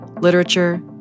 literature